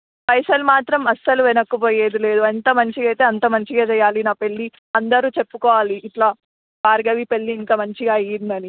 పైసలు మాత్రం అసలు వెనక్కి పోయేది లేదు ఎంత మంచిగా అయితే అంత మంచిగా చేయాలి నా పెళ్ళి అందరు చెప్పుకోవాలి ఇలా భార్గవి పెళ్ళి ఇంత మంచిగా అయిందని